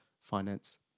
finance